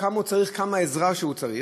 כמה עזרה הוא צריך,